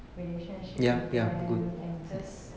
relationship with them and just